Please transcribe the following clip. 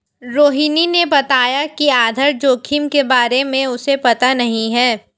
रोहिणी ने बताया कि आधार जोखिम के बारे में उसे पता नहीं है